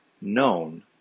known